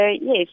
yes